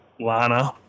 Lana